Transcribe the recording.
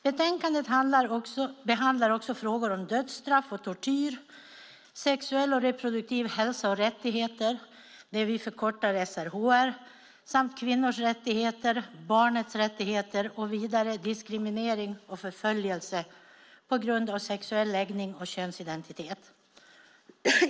Betänkandet behandlar också frågor om dödsstraff och tortyr, sexuell och reproduktiv hälsa och rättigheter, det vi förkortar SRHR, samt kvinnors rättigheter, barnets rättigheter och vidare diskriminering och förföljelse på grund av sexuell läggning och könsidentitet.